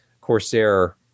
Corsair